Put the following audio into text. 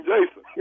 Jason